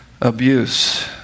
abuse